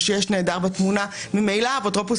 או שיש נעדר בתמונה ממילא האפוטרופוס